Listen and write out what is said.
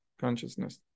consciousness